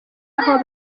aho